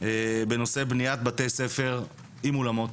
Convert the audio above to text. בנושא בניית בתי ספר, עם אולמות.